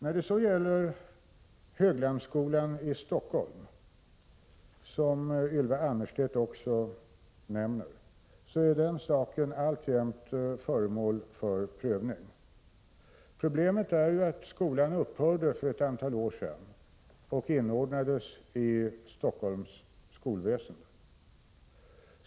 När det sedan gäller frågan om Höglandsskolan i Stockholm, som Ylva Annerstedt också nämner, är den frågan alltjämt föremål för prövning. Problemet är ju att skolan för ett antal år sedan upphörde och inordnades i Stockholms skolväsende.